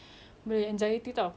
overthinking ya